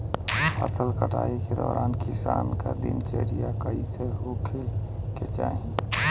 फसल कटाई के दौरान किसान क दिनचर्या कईसन होखे के चाही?